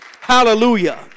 Hallelujah